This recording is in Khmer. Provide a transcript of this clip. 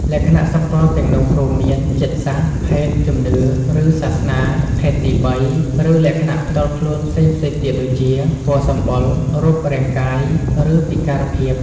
លក្ខណៈសម្គាល់ទាំងនោះរួមមាន ជាតិសាសន៍ ភេទ ជំនឿ ឬសាសនា ភេទទីបី ឬលក្ខណៈផ្ទាល់ខ្លួនផ្សេងៗទៀតដូចជា ពណ៌សម្បុរ រូបរាងកាយ ឬពិការភាព។